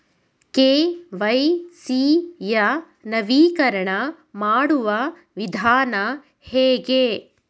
KYC ಯ ನವೀಕರಣ ಮಾಡುವ ವಿಧಾನ ಹೇಗೆ?